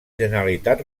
generalitat